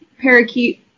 parakeet